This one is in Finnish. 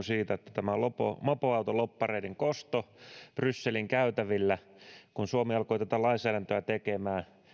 siitä että tämä on mopoautolobbareiden kosto brysselin käytävillä kun suomi alkoi tätä lainsäädäntöä tekemään